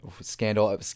scandal